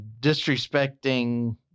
disrespecting